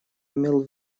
имел